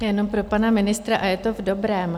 Jenom pro pana ministra a je to v dobrém.